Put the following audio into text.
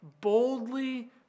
boldly